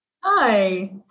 Hi